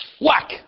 Whack